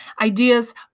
Ideas